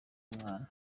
umwana